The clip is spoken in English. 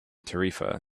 tarifa